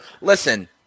Listen